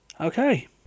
Okay